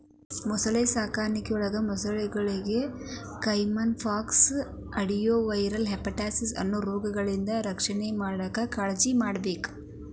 ಮೊಸಳೆ ಸಾಕಾಣಿಕೆಯೊಳಗ ಮೊಸಳೆಗಳಿಗೆ ಕೈಮನ್ ಪಾಕ್ಸ್, ಅಡೆನೊವೈರಲ್ ಹೆಪಟೈಟಿಸ್ ಅನ್ನೋ ರೋಗಗಳಿಂದ ರಕ್ಷಣೆ ಮಾಡಾಕ್ ಕಾಳಜಿಮಾಡ್ಬೇಕ್